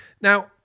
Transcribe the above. Now